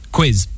Quiz